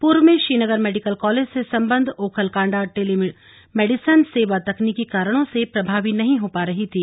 पूर्व में Srinagar medical college से सम्बद्ध ओखलकाण्डा टेली मेडिसिन सेवा तकनीकी कारणों से प्रभावी नहीं हो पा रही थी